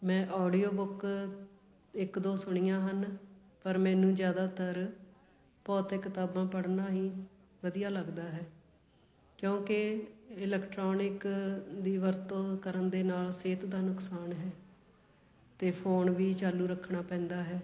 ਮੈਂ audio book ਇੱਕ ਦੋ ਸੁਣੀਆਂ ਹਨ ਪਰ ਮੈਨੂੰ ਜ਼ਿਆਦਾਤਰ ਭੌਤਿਕ ਕਿਤਾਬਾਂ ਪੜ੍ਹਨਾ ਹੀ ਵਧੀਆ ਲੱਗਦਾ ਹੈ ਕਿਉਂਕਿ ਇਲੈਕਟ੍ਰੋਨਿਕ ਦੀ ਵਰਤੋਂ ਕਰਨ ਦੇ ਨਾਲ ਸਿਹਤ ਦਾ ਨੁਕਸਾਨ ਹੈ ਅਤੇ ਫੋਨ ਵੀ ਚਾਲੂ ਰੱਖਣਾ ਪੈਂਦਾ ਹੈ